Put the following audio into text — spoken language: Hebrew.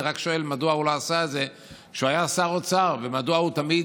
אני רק שואל מדוע הוא לא עשה את זה כשהוא היה שר האוצר ומדוע הוא תמיד,